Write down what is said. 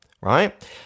right